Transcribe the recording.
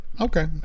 Okay